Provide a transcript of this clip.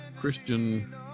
Christian